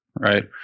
right